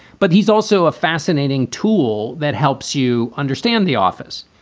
but he's also a fascinating tool that helps you understand the office.